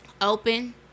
open